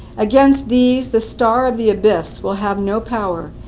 against these, the star of the abyss will have no power,